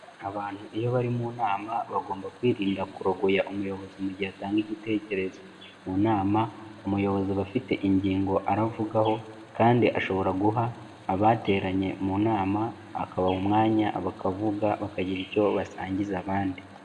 Abantu iyo bari mu nama, bagomba kwirinda kurogoya umuyobozi mu gihe atanga igitekerezo. Mu nama umuyobozi aba afite ingingo aravugaho kandi ashobora guha abateranye mu nama, akabaha umwanya bakavuga, bakagira icyo basangiza abandi.